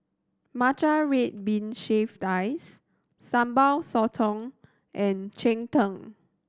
matcha red bean shaved ice Sambal Sotong and cheng tng